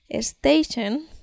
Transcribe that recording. station